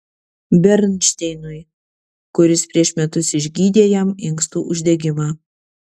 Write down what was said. bernšteinui kuris prieš metus išgydė jam inkstų uždegimą